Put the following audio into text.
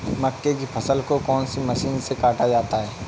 मक्के की फसल को कौन सी मशीन से काटा जाता है?